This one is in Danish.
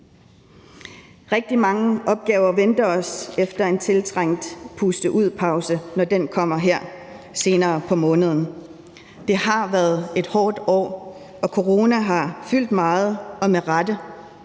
Rigtig mange opgaver venter os efter en tiltrængt puste ud-pause, når den kommer her senere på måneden. Det har været et hårdt år, og corona har fyldt meget – og med rette.